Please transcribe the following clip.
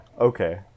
okay